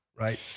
right